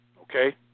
Okay